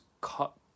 cut